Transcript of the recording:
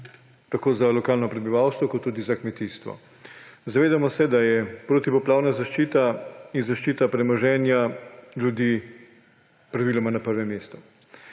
tako za lokalno prebivalstvo kot tudi za kmetijstvo. Zavedamo se, da je protipoplavna zaščita in zaščita premoženja ljudi praviloma na prvem mestu.